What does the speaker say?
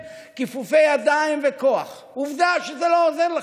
כיפופי ידיים וכוח, עובדה שזה לא עוזר לכם,